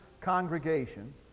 congregation